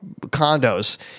condos